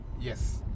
Yes